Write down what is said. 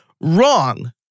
Wrong